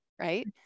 right